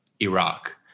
Iraq